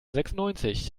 sechsundneunzig